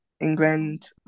England